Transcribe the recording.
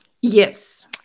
Yes